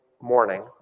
morning